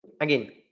again